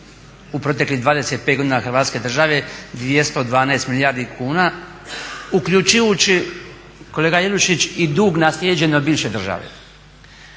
u proteklih 25 godina Hrvatske države 212 milijardi kuna, uključujući kolega Jelušić i dug naslijeđen od bivše države.